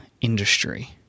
industry